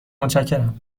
متشکرم